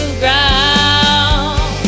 ground